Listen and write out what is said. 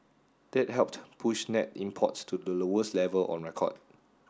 that helped push net imports to the lowest level on record